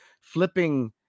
flipping